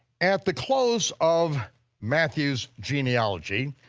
at the close of matthew's genealogy,